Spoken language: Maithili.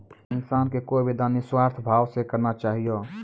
इंसान के कोय भी दान निस्वार्थ भाव से करना चाहियो